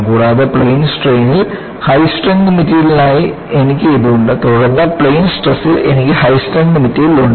കൂടാതെ പ്ലെയിൻ സ്ട്രെയിനിൽ high strength മെറ്റീരിയലിനായി എനിക്ക് ഇത് ഉണ്ട് തുടർന്ന് പ്ലെയിൻ സ്ട്രെസിൽ എനിക്ക് ഹൈ സ്ട്രെങ്ത് മെറ്റീരിയൽ ഉണ്ട്